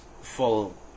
full